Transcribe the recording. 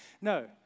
No